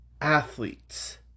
athletes